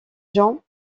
gens